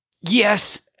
Yes